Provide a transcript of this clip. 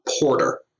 porter